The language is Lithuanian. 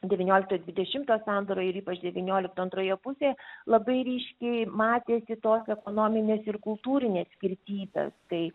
devyniolikto dvidešimto sandūroj ir ypač devyniolikto antroje pusėje labai ryškiai matėsi tos ekonominės ir kultūrinės skirtybės tai